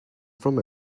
from